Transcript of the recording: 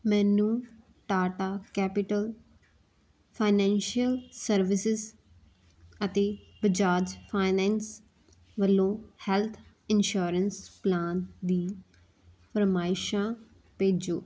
ਮੈਨੂੰ Tata capital financial services ਅਤੇ Bajaj finance ਵੱਲੋਂ ਹੈੱਲਥ ਇੰਸੂਰੈਂਸ ਪਲਾਨ ਦੀ ਫਰਮਾਇਸ਼ਾਂ ਭੇਜੋ